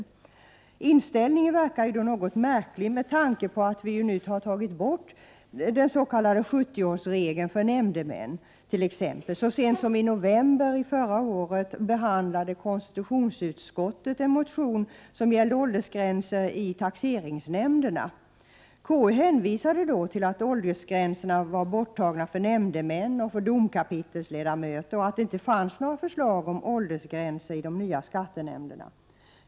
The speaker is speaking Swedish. Denna inställning är något märklig med tanke på att vi nu har tagit bort den s.k. 70-årsregeln t.ex. för nämndemän. Så sent som i november förra året behandlade konstitutionsutskottet en motion som tog upp frågan om åldersgränser för ledamöter i taxeringsnämnderna. Konstitutionsutskottet hänvisade då till att åldersgränserna för nämndemän och för ledamöter av domkapitlet var borttagna samt att det inte fanns något förslag om åldersgränser för ledamöter i de nya skattenämnderna.